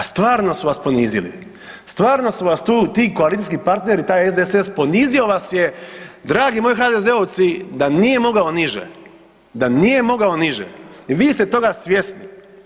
A stvarno su vas ponizili, stvarno su vas tu ti koalicijski partneri, taj SDSS, ponizio vas je dragi moji HDZ-ovci da nije mogao niže, da nije mogao niže i vi ste toga svjesni.